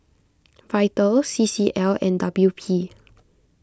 Vital C C L and W P